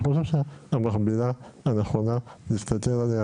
אני חושב שהמקבילה הנכונה להסתכל עליה